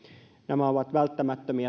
nämä ovat välttämättömiä